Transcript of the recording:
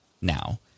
now